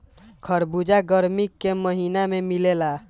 खरबूजा गरमी के महिना में मिलेला